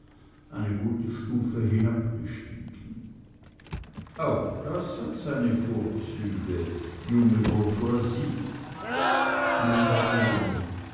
eine gute stufe herabgestiegen auch das hat seine vorzüge junge bourgeoise nein baron